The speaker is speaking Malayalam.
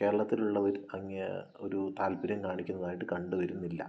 കേരളത്തിലുള്ളവർ അങ്ങനെ ഒരു താൽപര്യം കാണിക്കുന്നതായിട്ട് കണ്ടു വരുന്നില്ല